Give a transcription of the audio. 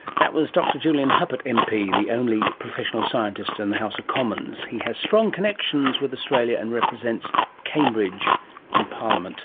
that was dr julian huppert mp, the only professional scientist in the house of commons. he has strong connections with australia and represents cambridge in parliament